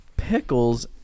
Pickles